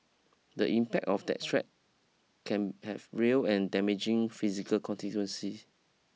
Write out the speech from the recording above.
the impact of that threat can have real and damaging physical consequences